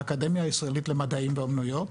האקדמיה הישראלית למדעים ואומנויות,